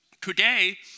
Today